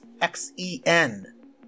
X-E-N